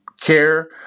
care